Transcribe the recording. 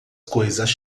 coisas